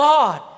God